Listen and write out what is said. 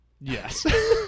Yes